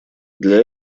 для